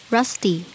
Rusty